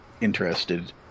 interested